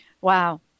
Wow